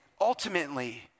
ultimately